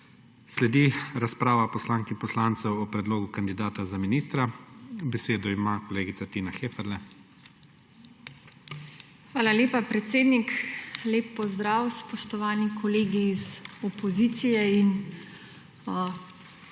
Sledi razprava poslank in poslancev o predlogu kandidata za ministra. Besedo ima kolegica Tina Heferle. TINA HEFERLE (PS LMŠ): Hvala lepa predsednik. Lep pozdrav spoštovani kolegi iz opozicije in,